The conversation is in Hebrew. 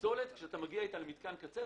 כשאתה מגיע עם פסולת למתקן קצה,